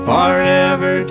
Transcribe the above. Forever